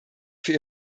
für